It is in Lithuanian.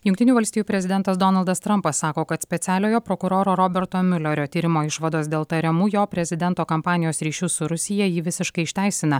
jungtinių valstijų prezidentas donaldas trampas sako kad specialiojo prokuroro roberto miulerio tyrimo išvados dėl tariamų jo prezidento kampanijos ryšių su rusija jį visiškai išteisina